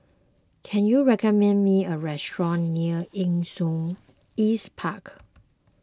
can you recommend me a restaurant near Nee Soon East Park